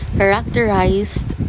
characterized